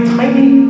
tiny